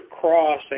cross